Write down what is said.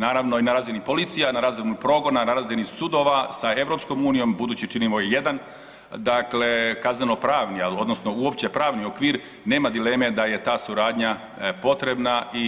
Naravno i na razini policija, na razini progona, na razini sudova sa Europskom unijom budući činimo jedan kaznenopravni, ali odnosno uopće pravni okvir nema dileme da je ta suradnja potrebna i